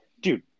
dude